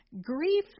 grief